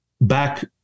back